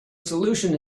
solution